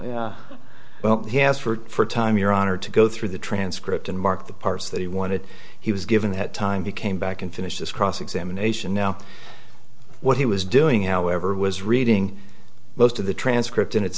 counsel well he has for time your honor to go through the transcript and mark the parts that he wanted he was given that time he came back and finished this cross examination now what he was doing however was reading most of the transcript in its